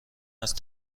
است